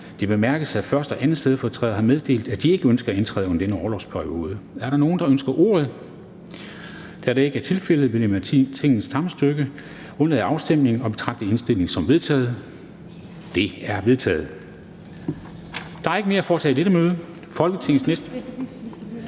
Det bemærkes, at 1. og 2. stedfortræder har meddelt, at de ikke ønsker at indtræde under denne orlov. Er der nogen, der ønsker ordet? Da det ikke er tilfældet, vil jeg med Tingets samtykke undlade afstemning og betragte indstillingen som vedtaget. Den er vedtaget. --- Det næste punkt på dagsordenen er: 3) Fortsættelse